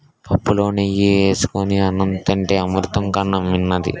పుప్పులో నెయ్యి ఏసుకొని అన్నం తింతే అమృతం కన్నా మిన్నది